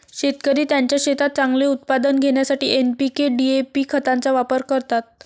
शेतकरी त्यांच्या शेतात चांगले उत्पादन घेण्यासाठी एन.पी.के आणि डी.ए.पी खतांचा वापर करतात